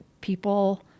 people